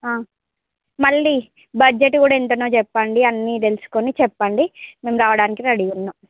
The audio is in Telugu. మళ్ళీ బడ్జెట్ కూడా ఎంతో చెప్పండి అన్నీ తెలుసుకుని చెప్పండి మేము రావడానికి రెడీగా ఉన్నాం